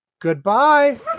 Goodbye